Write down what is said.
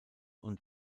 und